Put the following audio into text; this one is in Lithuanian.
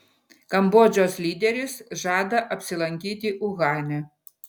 kambodžos lyderis žada apsilankyti uhane